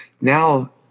now